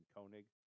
Koenig